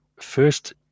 first